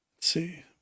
see